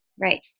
Right